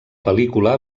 pel·lícula